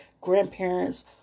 grandparents